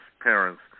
parents